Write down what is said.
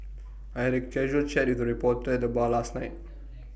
I had A casual chat with A reporter at the bar last night